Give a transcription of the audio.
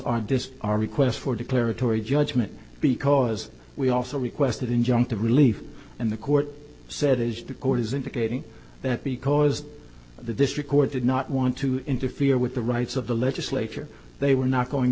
this our request for declaratory judgment because we also requested injunctive relief and the court said as the court is indicating that because the district court did not want to interfere with the rights of the legislature they were not going